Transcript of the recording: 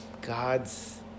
God's